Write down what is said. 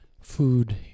food